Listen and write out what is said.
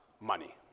money